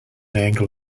angle